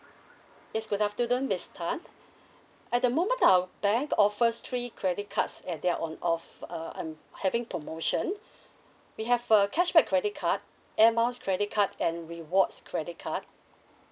yes good afternoon miss tan at the moment our bank offers three credit cards and they're on of~ uh um having promotion we have uh cashback credit card air miles credit card and rewards credit card